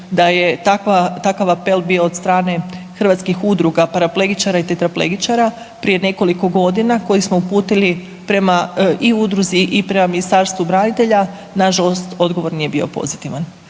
takva, takav apel bio od strane Hrvatskih udruga paraplegičara i tetraplegičara prije nekoliko godina koji smo uputili prema i udruzi i prema Ministarstvu branitelja, nažalost odgovor nije bio pozitivan.